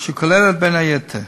שכוללת, בין היתר: